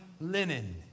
linen